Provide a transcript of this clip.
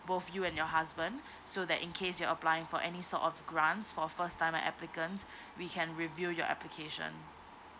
both you and your husband so that in case you're applying for any sort of grants for a first timer applicants we can review your application